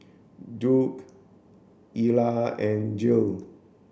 Duke Elia and Jill